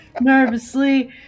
nervously